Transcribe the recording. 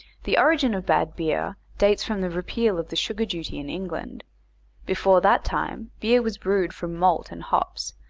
the origin of bad beer dates from the repeal of the sugar duty in england before that time beer was brewed from malt and hops,